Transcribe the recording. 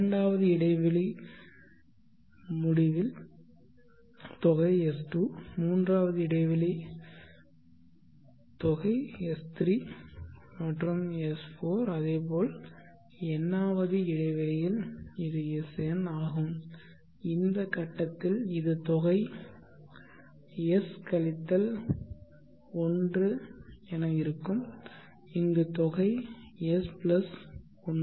2 வது இடைவெளி தொகை S2 3 வது இடைவெளி S3 S4 மற்றும் n வது இடைவெளியில் இது Sn ஆகும் இந்த கட்டத்தில் இது தொகை S கழித்தல் 1 ஆக இருக்கும் இங்கு தொகை S பிளஸ் 1 ஆகும்